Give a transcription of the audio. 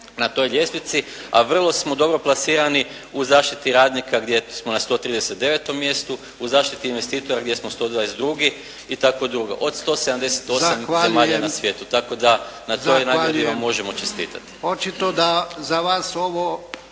na toj ljestvici, a vrlo smo dobro plasirani u zaštiti radnika gdje smo na 139. mjestu, u zaštiti investitora gdje smo 122. itd. od 178 zemalja na svijetu tako da na toj nagradi vam možemo čestitati.